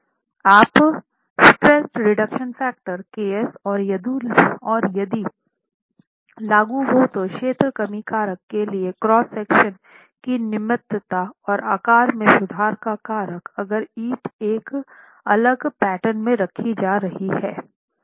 आप stress reduction factor ks और यदि लागू हो तो क्षेत्र कमी कारक के लिए क्रॉस सेक्शन की निम्नता और आकार में सुधार का कारक अगर ईंट एक अलग पैटर्न में रखी जा रही हैं